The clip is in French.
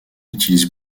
utilise